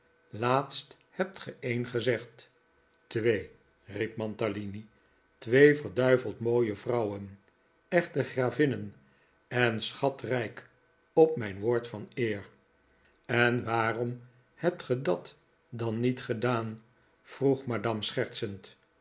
laatst hebt ge een gezegd twee riep mantalini twee verduiveld mooie vrouwen echte gravinnen en schatrijk op mijn woord van eer en waarom hebt ge dat dan niet gedaan vroeg madame schertsend